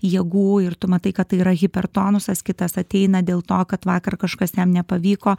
jėgų ir tu matai kad tai yra hipertonusas kitas ateina dėl to kad vakar kažkas jam nepavyko